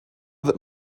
that